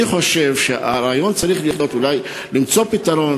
אני חושב שהרעיון צריך להיות, אולי למצוא פתרון.